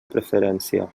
preferència